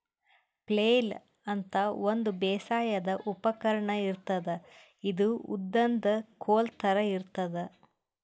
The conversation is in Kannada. ಫ್ಲೆಯ್ಲ್ ಅಂತಾ ಒಂದ್ ಬೇಸಾಯದ್ ಉಪಕರ್ಣ್ ಇರ್ತದ್ ಇದು ಉದ್ದನ್ದ್ ಕೋಲ್ ಥರಾ ಇರ್ತದ್